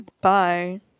bye